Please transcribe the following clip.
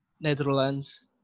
Netherlands